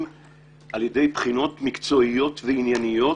על ידי בחינות מקצועיות וענייניות